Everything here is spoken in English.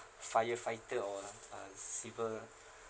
firefighter or uh a civil uh